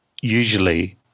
usually